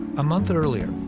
a month earlier,